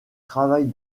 travaille